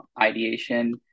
ideation